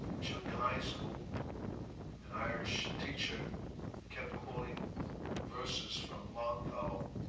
junior high school an irish teacher kept quoting verses from longfellow.